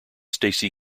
stacey